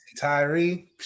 Tyree